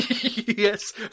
Yes